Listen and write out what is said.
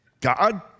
God